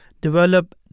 develop